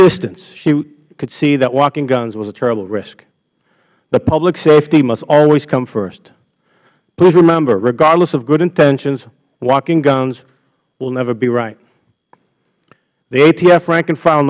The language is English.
distance she could see that walking guns was a terrible risk the public safety must always come first please remember regardless of good intentions walking guns will never be right the atf rank and file